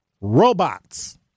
robots